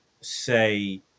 say